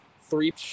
three